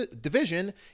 division